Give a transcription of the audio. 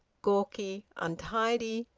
gawky, untidy,